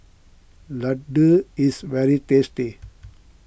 Laddu is very tasty